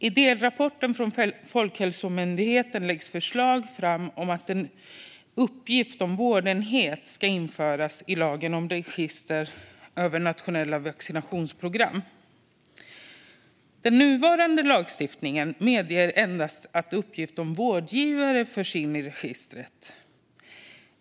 I delrapporten från Folkhälsomyndigheten läggs förslag fram om att en uppgift om vårdenhet ska införas i lagen om register över nationella vaccinationsprogram. Den nuvarande lagstiftningen medger endast att uppgift om vårdgivare förs in i registret.